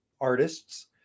artists